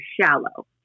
shallow